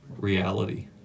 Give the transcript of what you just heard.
Reality